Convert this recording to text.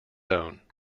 own